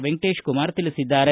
ವೆಂಕಟೇಶ ಕುಮಾರ್ ತಿಳಿಸಿದ್ದಾರೆ